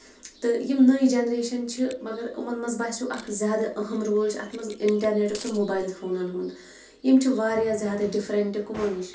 تہٕ یِم نیٚے جنریشن چھِ تہٕ مَگر یِمَن منٛز باسیٚو اکھ زیادٕ اَہم رول چھُ اَتھ منٛز اکھ اِنٹرنیٹُک تہٕ موبیل فونن ہُند یِم چھِ واریاہ زیادٕ ڈِفرنٹ کٕمو نِش